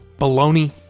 baloney